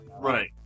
Right